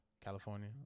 California